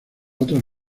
otras